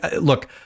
look